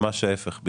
ממש ההיפך.